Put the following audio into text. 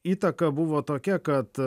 įtaka buvo tokia kad